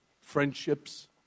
friendships